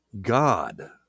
God